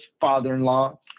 father-in-law